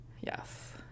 Yes